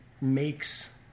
makes